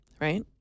right